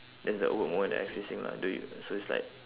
that's the awkward moment that I facing lah do you so it's like